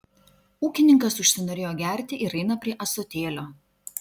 ūkininkas užsinorėjo gerti ir eina prie ąsotėlio